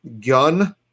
gun